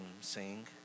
sing